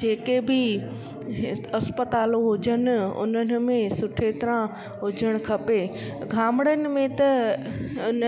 जेके बि इस्पतालि हुजनि उन्हनि में सुठी तरह हुजणु खपे गामणनि में त हुन